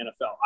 NFL